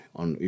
on